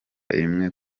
rimwe